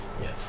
Yes